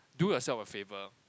do yourself a favour